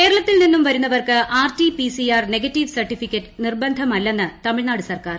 കേരളത്തിൽ നിന്നും വരുന്നവർക്ക് R T P C R negative certificate നിർബന്ധമല്ലെന്ന് തമിഴ്നാട് സർക്കാർ